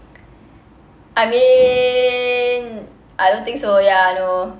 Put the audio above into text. I mean I don't think so ya no